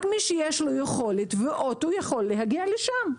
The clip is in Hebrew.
רק מי שיש לו יכולת ומכונית יכול להגיע לשם.